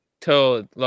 till